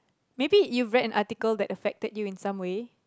maybe you read an article that affected you in some way